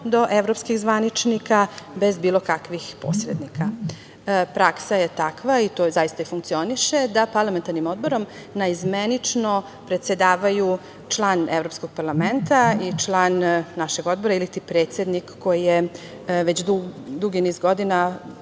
do evropskih zvaničnika bez bilo kakvih posrednika. Praksa je takva, i to je zaista i funkcioniše, da parlamentarnim odborom naizmenično predsedavaju član Evropskog parlamenta i član našeg odbora iliti predsednik koji je već dugi niz godina,